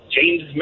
James